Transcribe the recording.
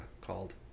called